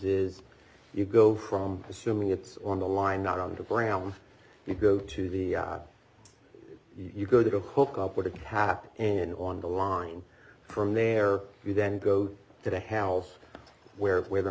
is you go from assuming it's on the line not on the ground you go to the you go to hook up with a cap and on the line from there you then go to the house where where the